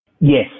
Yes